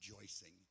rejoicing